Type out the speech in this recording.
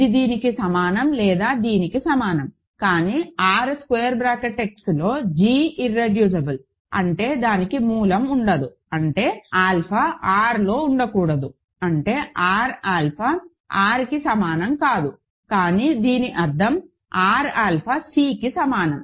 ఇది దీనికి సమానం లేదా దీనికి సమానం కానీ R x లో g ఇర్రెడ్యూసిబుల్ అంటే దానికి మూలం ఉండదు అంటే ఆల్ఫా R లో ఉండకూడదు అంటే R ఆల్ఫా Rకి సమానం కాదు కానీ దీని అర్థం R ఆల్ఫా Cకి సమానం